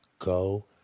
go